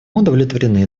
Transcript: удовлетворены